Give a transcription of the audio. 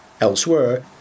Elsewhere